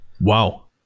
Wow